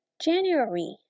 January